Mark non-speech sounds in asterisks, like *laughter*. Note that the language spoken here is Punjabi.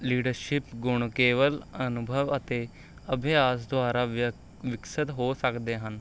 ਲੀਡਰਸ਼ਿਪ ਗੁਣ ਕੇਵਲ ਅਨੁਭਵ ਅਤੇ ਅਭਿਆਸ ਦੁਆਰਾ *unintelligible* ਵਿਕਸਿਤ ਹੋ ਸਕਦੇ ਹਨ